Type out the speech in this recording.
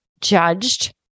judged